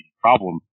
problem